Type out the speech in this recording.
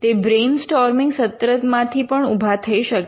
તે બ્રેઈનસ્ટોર્મિંગ સત્રમાં થી પણ ઉભા થઇ શકે